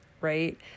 Right